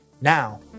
Now